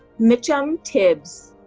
mitchum tibbs.